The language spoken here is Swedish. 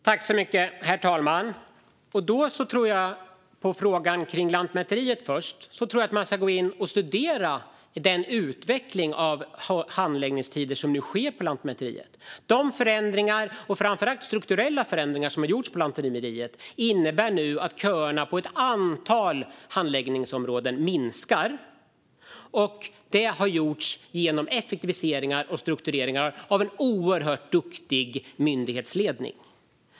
Herr talman! När det gäller Lantmäteriet tycker jag att man ska studera den utveckling av handläggningstider som nu sker på Lantmäteriet. De förändringar som har gjorts vid Lantmäteriet - framför allt strukturella förändringar - innebär att köerna på ett antal handläggningsområden nu minskar. Detta har gjorts genom effektiviseringar och struktureringar av en oerhört duktig myndighetsledning.